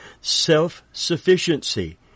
self-sufficiency